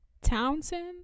Townsend